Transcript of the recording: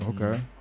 Okay